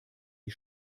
die